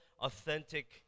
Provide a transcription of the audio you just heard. authentic